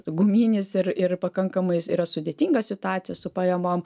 guminis ir ir pakankamai yra sudėtinga situacija su pajamom